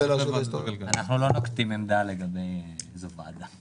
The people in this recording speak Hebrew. אנחנו לא נוקטים עמדה לגבי איזו ועדה.